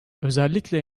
özellikle